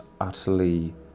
utterly